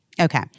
Okay